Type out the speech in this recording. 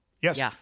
Yes